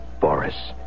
Boris